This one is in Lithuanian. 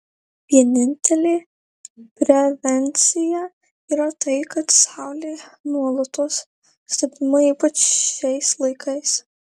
vienintelė prevencija yra tai kad saulė nuolatos stebima ypač šiais laikais